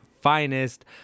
Finest